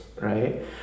right